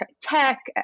tech